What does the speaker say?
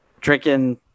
drinking